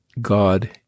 God